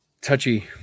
touchy